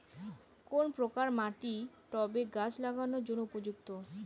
কোন প্রকার মাটি টবে গাছ লাগানোর জন্য উপযুক্ত?